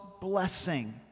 blessing